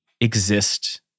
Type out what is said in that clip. exist